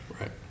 Right